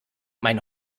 mein